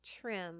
trim